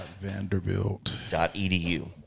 Vanderbilt.edu